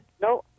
No